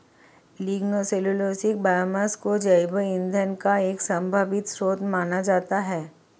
lignocellulosic biomass को जैव ईंधन का एक संभावित स्रोत माना जाता है